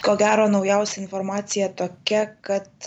ko gero naujausia informacija tokia kad